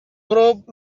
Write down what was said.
group